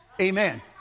amen